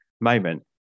moment